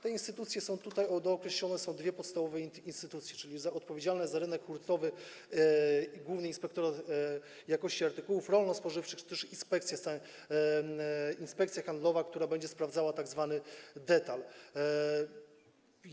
Te instytucje są tutaj dookreślone, są dwie podstawowe instytucje, czyli odpowiedzialny za rynek hurtowy Główny Inspektorat Jakości Handlowej Artykułów Rolno-Spożywczych czy też Inspekcja Handlowa, która będzie sprawdzała tzw. detal.